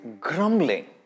grumbling